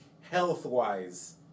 health-wise